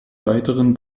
weiteren